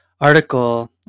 article